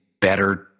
better